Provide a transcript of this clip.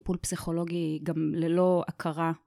טיפול פסיכולוגי גם ללא הכרה.